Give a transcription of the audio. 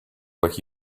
like